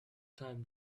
time